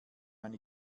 eine